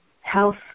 health